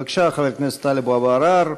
בבקשה, חבר הכנסת טלב אבו עראר.